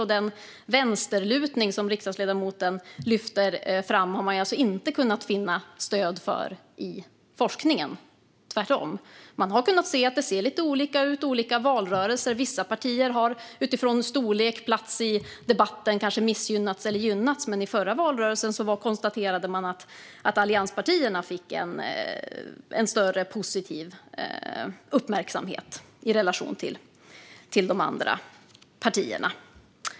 Och den vänsterlutning som riksdagsledamoten lyfter fram har man alltså inte kunnat finna stöd för i forskningen. Tvärtom har man kunnat se att det ser lite olika ut i olika valrörelser. Vissa partier har utifrån storlek och plats i debatten kanske missgynnats eller gynnats. Men man konstaterade att allianspartierna i den förra valrörelsen fick en större positiv uppmärksamhet i relation till de andra partierna.